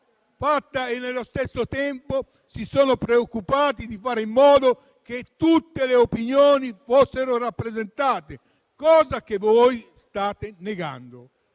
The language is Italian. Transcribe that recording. fatta e nello stesso tempo si sono preoccupati di fare in modo che tutte le opinioni fossero rappresentate, cosa che voi state negando.